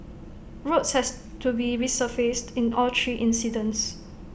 roads has to be resurfaced in all three incidents